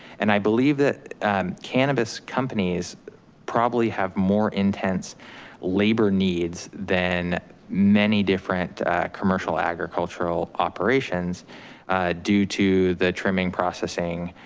and i believe that cannabis companies probably have more intense labor needs than many different commercial agricultural operations due to the trimming, processing,